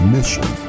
Mission